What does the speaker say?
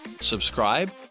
subscribe